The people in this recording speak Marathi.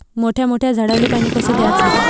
मोठ्या मोठ्या झाडांले पानी कस द्याचं?